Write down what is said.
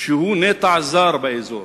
שהוא נטע זר באזור